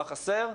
מה חסר.